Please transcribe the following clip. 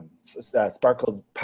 sparkled